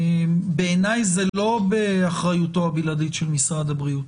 בעיניי זה לא באחריותו הבלעדית של משרד הבריאות.